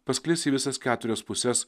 pasklis į visas keturias puses